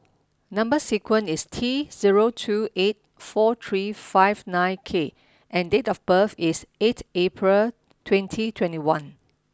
number sequence is T zero two eight four three five nine K and date of birth is eighth April twenty twenty one